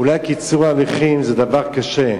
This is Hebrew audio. אולי קיצור הליכים זה דבר קשה,